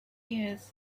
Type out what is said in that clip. years